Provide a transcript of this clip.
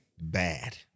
Bad